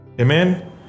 Amen